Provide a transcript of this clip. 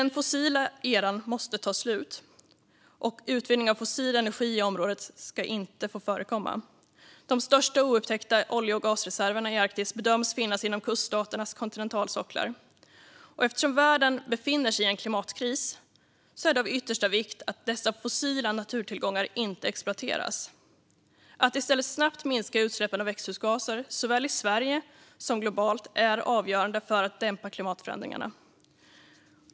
Den fossila eran måste ta slut, och utvinning av fossil energi i området ska inte få förekomma. De största oupptäckta olje och gasreserverna i Arktis bedöms finnas inom kuststaternas kontinentalsocklar. Eftersom världen befinner sig i en klimatkris är det av yttersta vikt att dessa fossila naturtillgångar inte exploateras. Att i stället snabbt minska utsläppen av växthusgaser såväl i Sverige som globalt är avgörande för att dämpa klimatförändringarna.